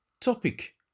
Topic